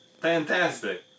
Fantastic